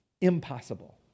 impossible